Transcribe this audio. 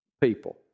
people